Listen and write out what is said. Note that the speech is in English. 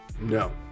no